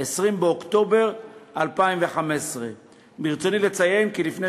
20 באוקטובר 2015. ברצוני לציין כי לפני